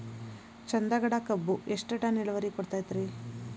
ಚಂದಗಡ ಕಬ್ಬು ಎಷ್ಟ ಟನ್ ಇಳುವರಿ ಕೊಡತೇತ್ರಿ?